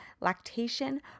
lactation